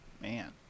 Man